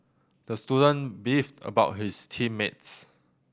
the student beefed about his team mates